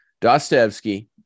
Dostoevsky